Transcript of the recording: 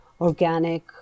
organic